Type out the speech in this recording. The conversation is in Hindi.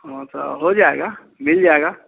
हाँ तो हो जाएगा मिल जाएगा